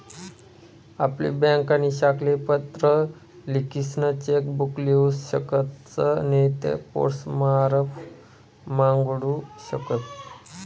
आपली ब्यांकनी शाखाले पत्र लिखीसन चेक बुक लेऊ शकतस नैते पोस्टमारफत मांगाडू शकतस